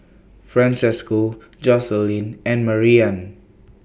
Francesco Joselin and Marian